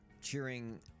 cheering